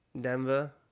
Denver